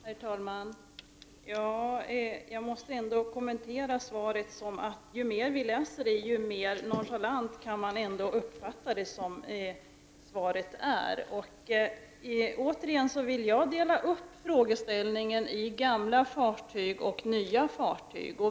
Herr talman! Jag måste ändå kommentera svaret på det sättet att ju mer man läser det, desto mer nonchalant kan man uppfatta det. Återigen vill jag dela upp frågeställningen i gamla fartyg och nya fartyg.